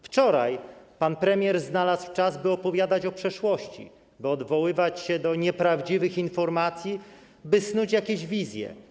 Wczoraj pan premier znalazł czas, by opowiadać o przeszłości, by odwoływać się do nieprawdziwych informacji, by snuć jakieś wizje.